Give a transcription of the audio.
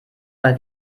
mal